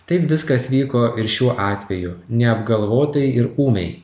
taip viskas vyko ir šiuo atveju neapgalvotai ir ūmiai